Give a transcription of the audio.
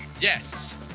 Yes